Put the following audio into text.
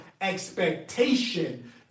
expectation